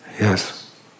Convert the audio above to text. yes